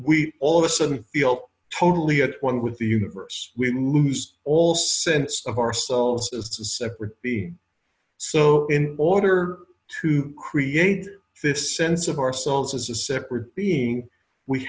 we all of a sudden feel totally at one with the universe we lose all sense of ourselves as to separate the so in order to create this sense of ourselves as a separate